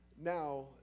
Now